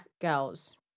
girls